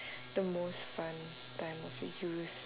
the most fun time of your youth